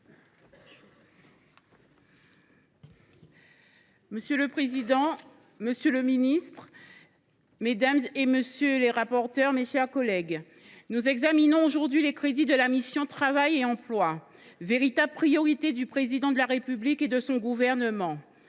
Monsieur le président, monsieur le ministre, mes chers collègues, nous examinons aujourd’hui les crédits de la mission « Travail et emploi », véritable priorité du Président de la République et de son gouvernement.